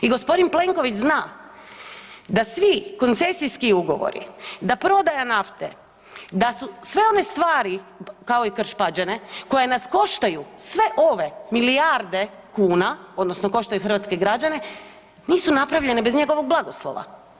I g. Plenković zna da svi koncesijski ugovori, da prodaja nafte, da su sve one stvari, kao i Krš-Pađene koje nas koštaju sve ove milijarde kuna, odnosno koštaju hrvatske građane, nisu napravljene bez njegovog blagoslova.